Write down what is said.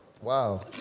Wow